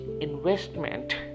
investment